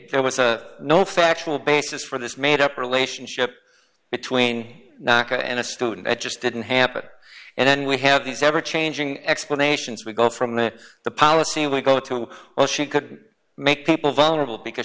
there was no factual basis for this made up relationship between naca and a student i just didn't happen and then we have these ever changing explanations we go from the policy we go to all she could make people vulnerable because